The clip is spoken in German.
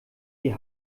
die